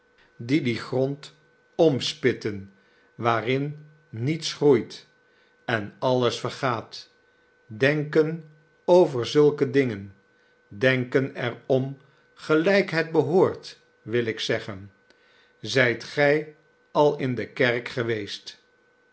grond omspitten waarin niets groeit en alles vergaat denken over zulke dingen denken er ora gelijk het behoort wil ik zeggen zijt gij al in de kerk geweest